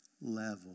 level